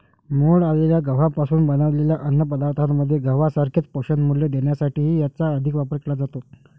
मोड आलेल्या गव्हापासून बनवलेल्या अन्नपदार्थांमध्ये गव्हासारखेच पोषणमूल्य देण्यासाठीही याचा अधिक वापर केला जातो